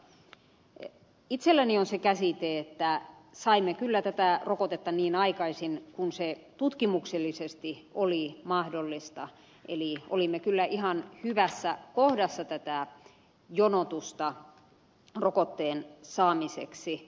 itselläni on se käsitys että saimme kyllä tätä rokotetta niin aikaisin kuin se tutkimuksellisesti oli mahdollista eli olimme kyllä ihan hyvässä kohdassa tätä jonotusta rokotteen saamiseksi